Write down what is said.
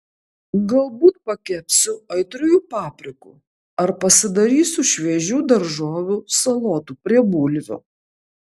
galbūt pakepsiu aitriųjų paprikų ar pasidarysiu šviežių daržovių salotų prie bulvių